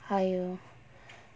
!aiyo!